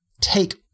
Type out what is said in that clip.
take